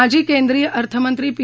माजी केंद्रीय अर्थमंत्री पी